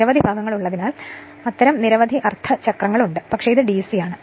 നിരവധി ഭാഗങ്ങൾ ഉള്ളതിനാൽ അത്തരം നിരവധി അർദ്ധചക്രങ്ങൾ ഉണ്ട് പക്ഷേ ഇത് ഡിസിയാണ്